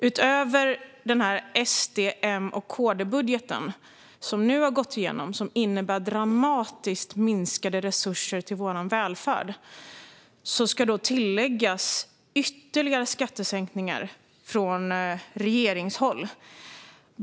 Utöver SD-M-KD-budgeten, som nu har gått igenom och som innebär dramatiskt minskade resurser till välfärden, ska man från regeringshåll lägga till ytterligare skattesänkningar.